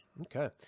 Okay